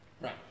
Right